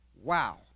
Wow